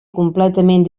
completament